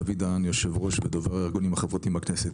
דוד דהן, יושב ראש ודובר הארגונים החברתיים בכנסת.